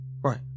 Right